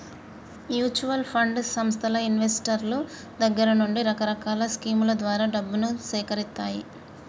mutual fund సంస్థలు ఇన్వెస్టర్ల దగ్గర నుండి రకరకాల స్కీముల ద్వారా డబ్బును సేకరిత్తాయి